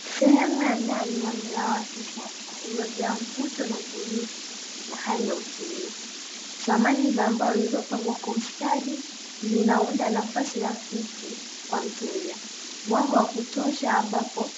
Sehemu ya ndani ya mgahawa wa kisasa, uliojaa mvuto na ubunifu na hali ya utulivu, samani za mbao zilizopangwa kwa ustadi zinaunda nafasi rafiki kwa mteja, mwanga wa kutosha ambapo